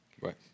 Right